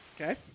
Okay